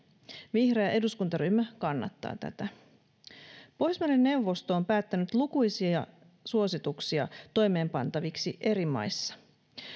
vihreä eduskuntaryhmä kannattaa tätä pohjoismaiden neuvosto on päättänyt lukuisia suosituksia toimeenpantaviksi eri maissa